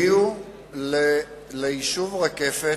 הגישו ליישוב רקפת,